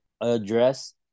address